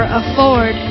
afford